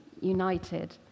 united